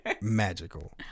magical